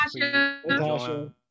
Tasha